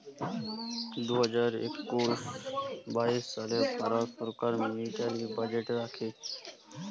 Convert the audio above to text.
দু হাজার একুশ বাইশ সালে ভারত ছরকার মিলিটারি বাজেট রাখে